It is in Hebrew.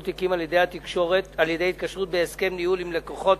תיקים על-ידי התקשרות בהסכם ניהול עם לקוחות